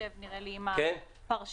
מתיישב עם הפרשנות.